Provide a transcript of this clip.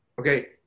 Okay